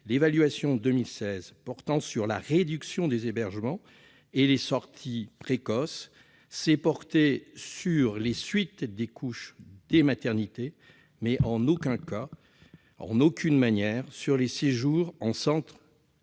L'évaluation de 2016 relative à la réduction des hébergements et aux sorties précoces a porté sur les suites de couches des maternités, mais n'a, en aucun cas, en aucune manière, concerné les séjours en centre périnatal